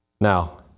Now